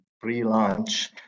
pre-launch